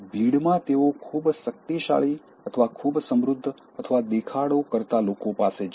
ભીડમાં તેઓ ખૂબ શક્તિશાળી અથવા ખૂબ સમૃદ્ધ અથવા દેખાડો કરતાં લોકો પાસે જશે